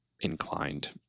inclined